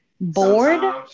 Bored